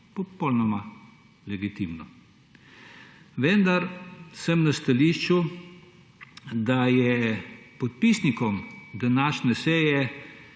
Popolnoma legitimno. Vendar sem na stališču, da je podpisnikom današnje seje